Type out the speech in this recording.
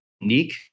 unique